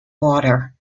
water